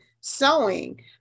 sewing